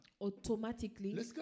Automatically